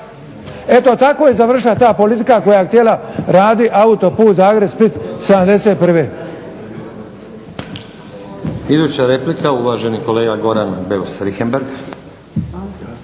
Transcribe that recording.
Eto tako je završila ta politika koja je htjela raditi autoput Zagreb-Split 71.